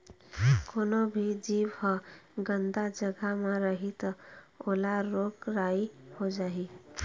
कोनो भी जीव ह गंदा जघा म रही त ओला रोग राई हो जाही